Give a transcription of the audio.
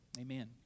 Amen